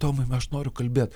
tomai aš noriu kalbėt